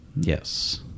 Yes